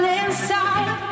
inside